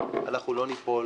שאנחנו לא ניפול